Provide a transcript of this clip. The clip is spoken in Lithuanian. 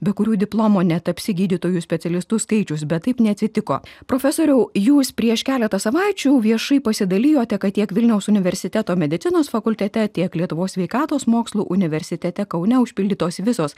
be kurių diplomo netapsi gydytoju specialistu skaičius bet taip neatsitiko profesoriau jūs prieš keletą savaičių viešai pasidalijote kad tiek vilniaus universiteto medicinos fakultete tiek lietuvos sveikatos mokslų universitete kaune užpildytos visos